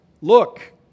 look